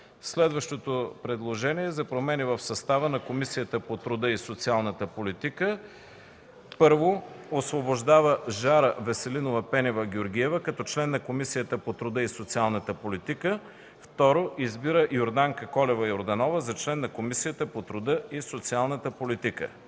Следващото предложение е за промени в състава на Комисията по труда и социалната политика: „1. Освобождава Жара Веселинова Пенева-Георгиева като член на Комисията по труда и социалната политика. 2. Избира Йорданка Колева Йорданова за член на Комисията по труда и социалната политика.”